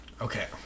okay